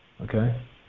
Okay